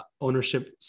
ownership